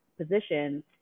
position